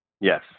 Yes